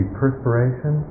perspiration